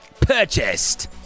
Purchased